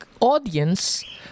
Audience